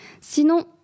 Sinon